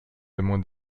témoin